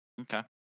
Okay